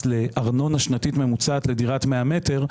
לארנונה שנתית ממוצעת לדירת 100 מטרים,